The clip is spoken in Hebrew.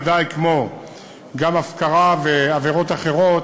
ודאי כמו גם הפקרה ועבירות אחרות,